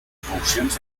resolucions